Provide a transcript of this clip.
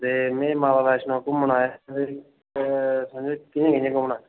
ते में माता वैष्णो घूमन आए दा ते समझो कि'यां कि'यां घूमना